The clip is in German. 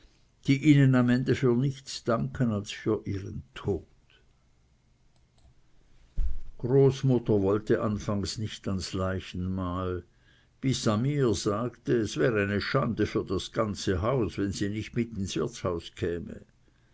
die ihnen am ende für nichts danken als für ihren tod großmutter wollte anfangs nicht ans leichenmahl bis sami ihr sagte es wäre eine schande für das ganze haus wenn sie nicht mit ins wirtshaus käme